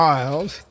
Miles